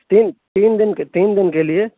تین تین دن کے تین دن کے لیے